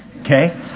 Okay